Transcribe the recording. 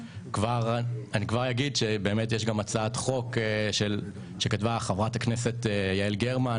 יש הצעת חוק שכתבה חברת הכנסת יעל גרמן